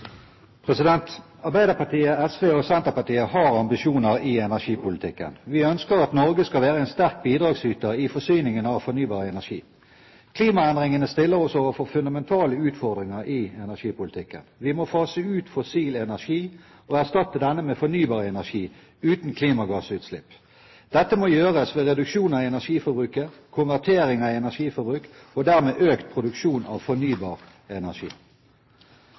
Senterpartiet har ambisjoner i energipolitikken. Vi ønsker at Norge skal være en sterk bidragsyter i forsyningen av fornybar energi. Klimaendringene stiller oss overfor fundamentale utfordringer i energipolitikken. Vi må fase ut fossil energi og erstatte denne med fornybar energi, uten klimagassutslipp. Dette må gjøres ved reduksjon av energiforbruket, konvertering av energiforbruk og dermed økt produksjon av fornybar energi.